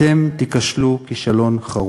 אתם תיכשלו כישלון חרוץ.